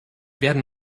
werden